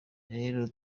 rero